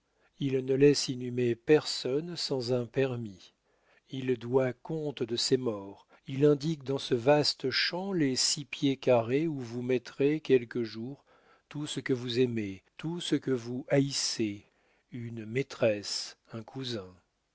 il ne laisse inhumer personne sans un permis il doit compte de ses morts il indique dans ce vaste champ les six pieds carrés où vous mettrez quelque jour tout ce que vous aimez tout ce que vous haïssez une maîtresse un cousin